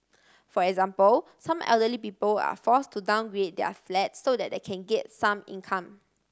for example some elderly people are force to downgrade their flats so that they can get some income